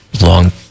long